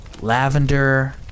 lavender